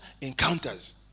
encounters